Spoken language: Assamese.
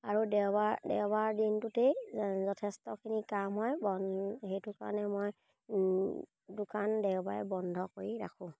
আৰু দেওবাৰ দেওবাৰ দিনটোতেই যথেষ্টখিনি কাম হয় বন সেইটো কাৰণে মই দোকান দেওবাৰে বন্ধ কৰি ৰাখোঁ